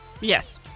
Yes